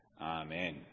Amen